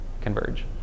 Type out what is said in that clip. converge